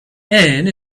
and